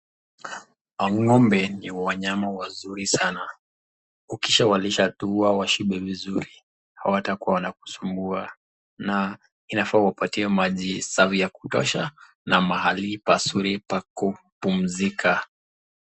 Ng'ombe ni Wanyama Wazuri Sana, ukishawalisha tu wao washibe vizuri, hawatakuwa wakikusumbua, na inafaa kuwapatia Maji Safi ya kutosha na mahali pazuri kupumzika.